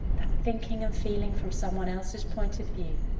that thinking and feeling from someone else's point of view,